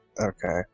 okay